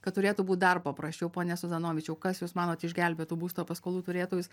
kad turėtų būti dar paprasčiau pone suzanovičiau kas jūs manot išgelbėtų būsto paskolų turėtojus